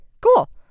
cool